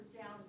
down